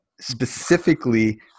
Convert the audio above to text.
specifically